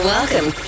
Welcome